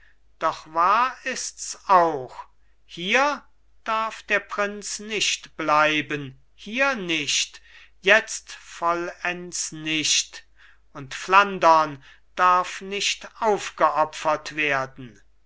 doch wahr ists auch hier darf der prinz nicht bleiben hier nicht jetzt vollends nicht und flandern darf nicht aufgeopfert werden